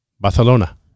Barcelona